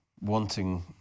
wanting